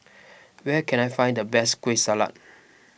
where can I find the best Kueh Salat